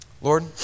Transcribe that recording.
Lord